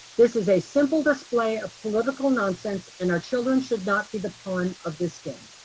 this is a simple display of political nonsense and our children should not the the pawn of this game.